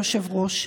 היושב-ראש,